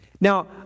Now